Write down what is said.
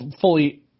fully